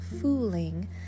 fooling